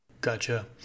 Gotcha